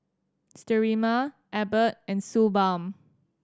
Sterimar Abbott and Suu Balm